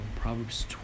Proverbs